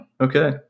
Okay